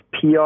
PR